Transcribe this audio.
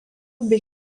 bei